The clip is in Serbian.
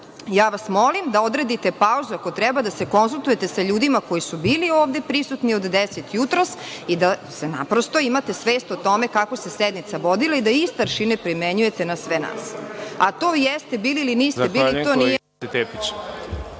vas da odredite pauzu ako treba, da se konsultujete sa ljudima koji su bili ovde prisutni od 10 jutros i da naprosto imate svest o tome kako se sednica vodila i da iste aršine primenjujete na sve nas. **Đorđe Milićević** Zahvaljujem,